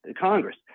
Congress